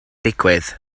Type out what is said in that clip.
digwydd